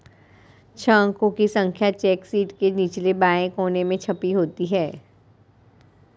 छह अंकों की संख्या चेक शीट के निचले बाएं कोने में छपी होती है